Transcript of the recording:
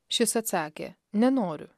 šis atsakė nenoriu